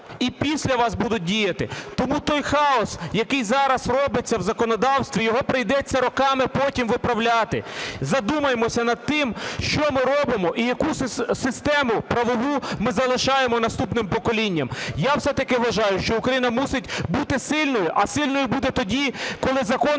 І після вас будуть діяти. Тому той хаос, який зараз робиться в законодавстві, його прийдеться роками потім виправляти. Задумаємося над тим, що ми робимо і яку систему правову ми залишаємо наступним поколінням. Я все-таки вважаю, що Україна мусить бути сильною. А сильною буде тоді, коли закони